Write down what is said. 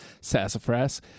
Sassafras